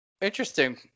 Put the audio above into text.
Interesting